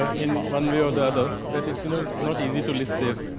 ah in one way or the other that is you know not easy to list there.